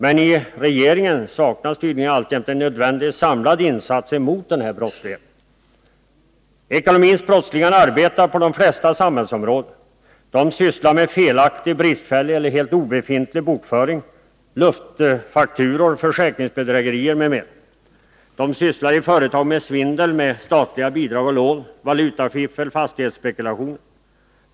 Men i regeringen saknas tydligen alltjämt en nödvändig samlad insats mot denna brottslighet. Ekonomins brottslingar arbetar på de flesta samhällsområden. De sysslar med felaktig, bristfällig eller helt obefintlig bokföring, luftfakturor, försäkringsbedrägerier m.m. I företag sysslar de med svindel med statliga bidrag och lån, valutafiffel och fastighetsspekulation.